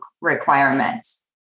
requirements